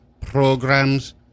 programs